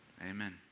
Amen